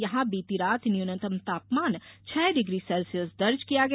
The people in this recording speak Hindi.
यहां बीती रात न्यूनतम तापमान छह डिग्री सेल्सियस दर्ज किया गया